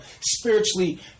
spiritually